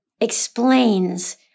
explains